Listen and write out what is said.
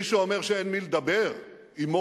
מי שאומר שאין מי לדבר עמו,